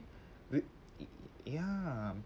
w~ ya